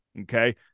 Okay